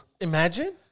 Imagine